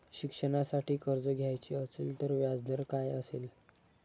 शिक्षणासाठी कर्ज घ्यायचे असेल तर व्याजदर काय असेल?